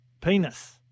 penis